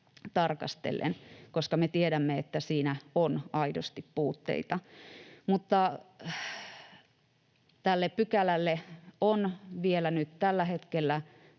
tarkastellen, koska me tiedämme, että siinä on aidosti puutteita. Tälle pykälälle on vielä nyt tällä hetkellä